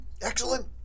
Excellent